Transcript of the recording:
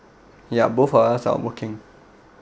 ya both of us are working